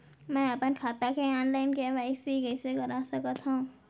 मैं अपन खाता के ऑनलाइन के.वाई.सी कइसे करा सकत हव?